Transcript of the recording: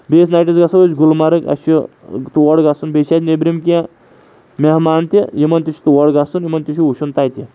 بیٚیِس نایٹَس گژھو أسۍ گُلمرگ اَسہِ چھُ تور گژھُن بیٚیہِ چھِ اَسہِ نٮ۪برِم کینٛہہ مٮ۪ہمان تہِ یِمَن تہِ چھِ تور گژھُن یِمَن تہِ چھُ وٕچھُن تَتہِ